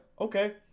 okay